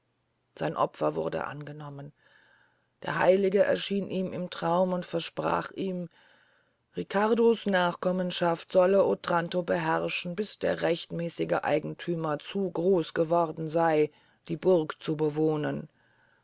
sein opfer ward angenommen der heilige erschien ihm im traum und versprach ihm riccardo's nachkommenschaft solle otranto beherrschen bis der rechtmäßige eigenthümer zu groß geworden sey die burg zu bewohnen